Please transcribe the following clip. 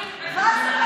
חס וחלילה,